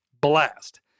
blast